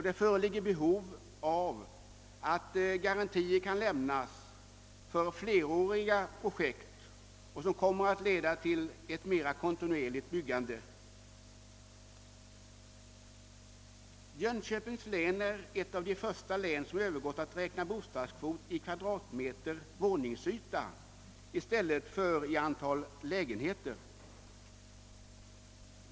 Det föreligger behov av garantier för fleråriga projekt, som kommer att leda till ett mera kontinuerligt byggande. Jönköpings län är ett av de första som har övergått till att räkna bostadskvot i kvadratmeter våningsyta i stället för i antal lägenheter.